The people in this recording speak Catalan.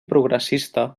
progressista